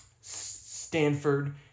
Stanford